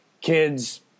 kids